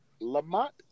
Lamont